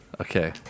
Okay